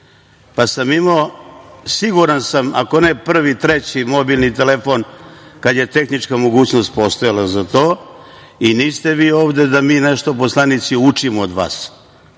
pa sam imao siguran sam ako ne prvi, treći, mobilni telefon kada je tehnička mogućnost postojala za to i niste vi ovde da mi nešto poslanici učimo od vas,